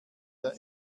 der